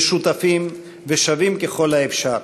משותפים ושווים ככל האפשר,